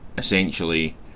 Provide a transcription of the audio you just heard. essentially